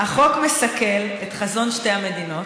"החוק מסכל את חזון שתי המדינות,